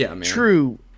true